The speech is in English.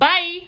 Bye